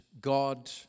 God